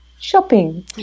shopping